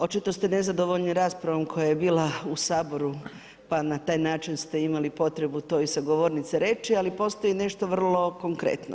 Očito ste nezadovoljni raspravom koja je bila u Saboru pa na taj način ste imali potrebu to i sa govornice reći, ali postoji nešto vrlo konkretno.